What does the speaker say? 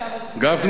גפני,